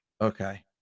Okay